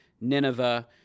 Nineveh